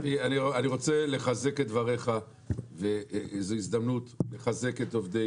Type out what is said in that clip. אני רוצה לחזק את דבריך וזו הזדמנות לחזק את עובדי